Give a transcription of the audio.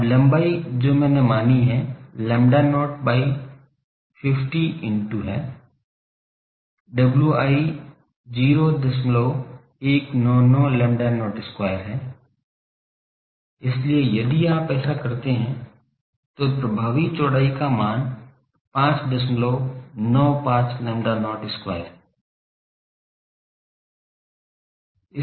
अब लम्बाई जो मैंने मानी है लैम्ब्डा नॉट by 50 into है Wi 0199 lambda not square हैं इसलिए यदि आप ऐसा करते हैं तो प्रभावी चौड़ाई का मान 595 lambda not square है